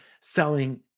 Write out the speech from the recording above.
selling